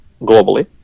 globally